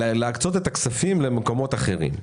ולהקצות את הכספים למקומות אחרים.